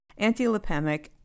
antilipemic